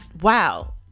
wow